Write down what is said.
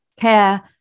care